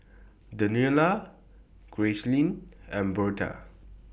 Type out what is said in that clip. Daniella Gracelyn and Berta